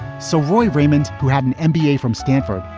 savoy raymonds, who had an and mba from stanford,